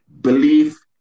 Belief